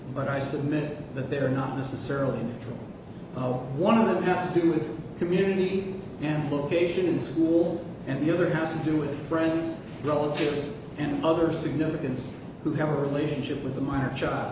but i submit that they're not necessarily true one of them has to do with community and location in school and the other has to do with friends relatives and other significant who have a relationship with a minor child